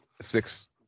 six